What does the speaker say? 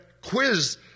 quiz